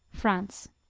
france